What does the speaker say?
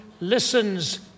listens